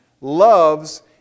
loves